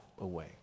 away